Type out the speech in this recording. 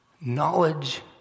Knowledge